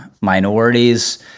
minorities